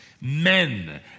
men